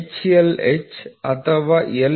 H ಅಥವಾ L